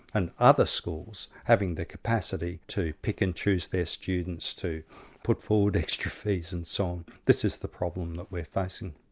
and other schools having the capacity to pick and choose their students, to put forward extra fees and so on, this is the problem that we're facing.